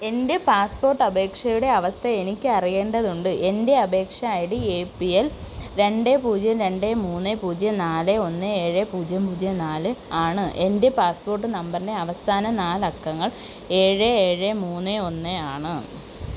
എൻ്റെ പാസ്പോർട്ട് അപേക്ഷയുടെ അവസ്ഥ എനിക്ക് അറിയേണ്ടതുണ്ട് എൻ്റെ അപേക്ഷാ I D A P L രണ്ട് പൂജ്യം രണ്ട് മൂന്ന് പൂജ്യം നാല് ഒന്ന് ഏഴ് പൂജ്യം പൂജ്യം നാല് ആണ് എൻ്റെ പാസ്പോർട്ട് നമ്പറിൻ്റെ അവസാന നാല് അക്കങ്ങൾ ഏഴ് ഏഴ് മൂന്ന് ഒന്ന് ആണ്